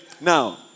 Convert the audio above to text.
now